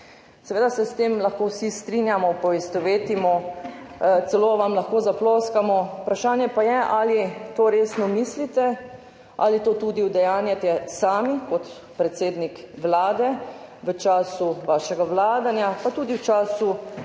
Seveda se s tem lahko vsi strinjamo, poistovetimo, celo vam lahko zaploskamo, vprašanje pa je, ali to resno mislite, ali to tudi udejanjate sami kot predsednik Vlade v času vašega vladanja pa tudi v času,